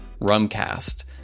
RUMCAST